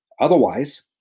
Otherwise